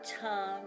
tongue